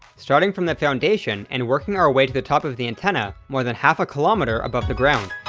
starting from the foundation and working our way to the top of the antenna more than half a kilometer above the ground.